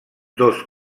dos